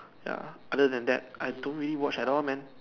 ya other than that I don't really watch at all man